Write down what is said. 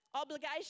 Obligation